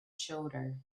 shoulder